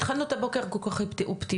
התחלנו את הבוקר כל כך אופטימיות,